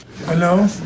Hello